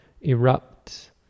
erupt